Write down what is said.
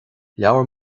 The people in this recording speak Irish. leabhar